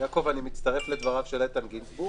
יעקב, אני מצטרף לדבריו של איתן גינזבורג.